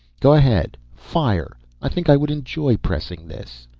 go ahead fire. i think i would enjoy pressing this.